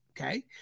Okay